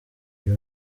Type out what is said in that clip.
uyu